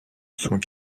sont